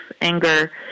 anger